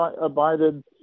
abided